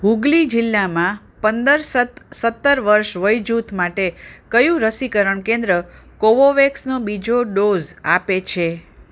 હુગલી જિલ્લામાં પંદર સત્તર વર્ષ વય જૂથ માટે કયું રસીકરણ કેન્દ્ર કોવોવેક્સનો બીજો ડોઝ આપે છે